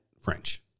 French